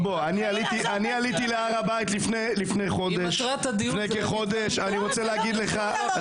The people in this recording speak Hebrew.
אני עליתי להר הבית לפני כחודש ואני רוצה להגיד